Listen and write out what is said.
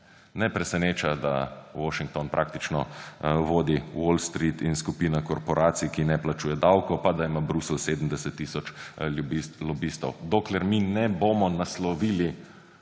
Ne preseneča, da Washington praktično vodi Wall Street in skupina korporacij, ki ne plačuje davkov, pa da ima Bruselj 70 tisoč lobistov. Dokler mi ne bomo naslovili